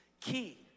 key